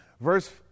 Verse